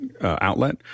outlet